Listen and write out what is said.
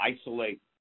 isolate